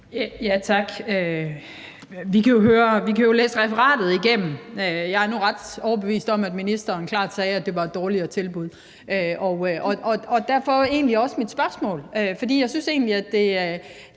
(V): Tak. Vi kan jo læse referatet igennem. Jeg er nu ret overbevist om, at ministeren klart sagde, at det var et dårligere tilbud – og derfor egentlig også mit spørgsmål. For jeg synes egentlig, det